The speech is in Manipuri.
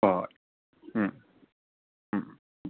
ꯍꯣꯏ ꯍꯣꯏ ꯎꯝ ꯎꯝ